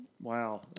Wow